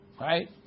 right